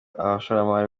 abashoramari